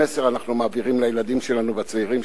אנחנו מעבירים לילדים שלנו והצעירים שבחבורה.